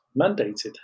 mandated